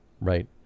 right